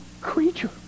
creature